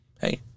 hey